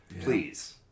Please